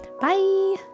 bye